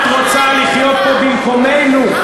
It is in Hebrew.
את רוצה לחיות פה במקומנו,